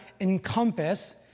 encompass